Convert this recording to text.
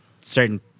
certain